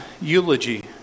eulogy